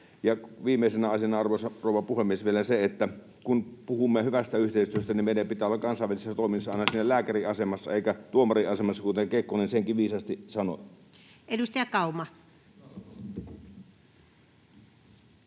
Ja viimeisenä asiana, arvoisa rouva puhemies, vielä se, että kun puhumme hyvästä yhteistyöstä, niin meidän pitää olla kansainvälisissä toimissa aina siinä lääkärin asemassa eikä tuomarin asemassa, kuten Kekkonen senkin viisaasti sanoi. Edustaja Kauma.